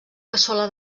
cassola